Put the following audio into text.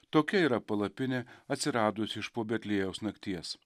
tokia yra palapinė atsiradusi iš po betliejaus nakties